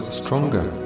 stronger